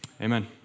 Amen